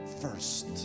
first